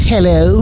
Hello